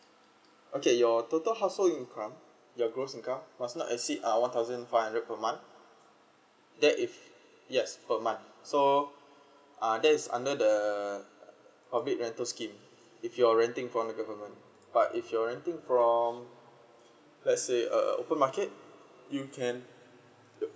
okay your total household income your gross income must not exceed one thousand five hundred per month that if yes per month so uh that is under the public rental scheme if you're renting from the government but if you're renting from let's say uh open market um you can